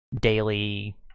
daily